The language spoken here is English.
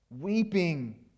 Weeping